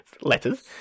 Letters